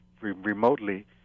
remotely